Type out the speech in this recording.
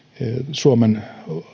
suomen